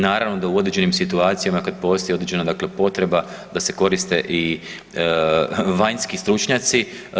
Naravno da u određenim situacijama kad postoji određena dakle potreba da se koriste i vanjski stručnjaci.